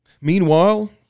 Meanwhile